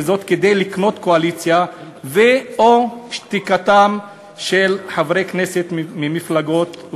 וזאת כדי לקנות קואליציה ו/או את שתיקתם של חברי כנסת ומפלגות.